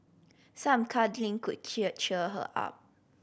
some cuddling could cheer cheer her up